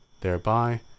THEREBY